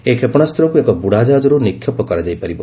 ଏହି କ୍ଷେପଶାସ୍ତ୍ରକୁ ଏକ ବୁଡ଼ାଜାହାଜରୁ ନିକ୍ଷେପ କରାଯାଇ ପାରିବ